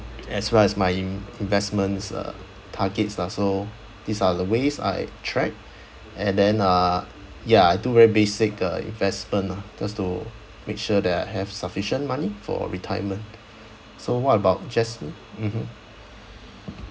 as well as my in~ investments uh targets lah so these are the ways I track and then uh ya I do very basic uh investment lah just to make sure that I have sufficient money for retirement so what about jasmine mmhmm